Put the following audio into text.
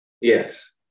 Yes